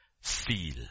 feel